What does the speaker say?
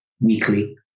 weekly